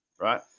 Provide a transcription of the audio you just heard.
right